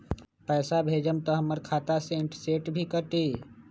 पैसा भेजम त हमर खाता से इनटेशट भी कटी?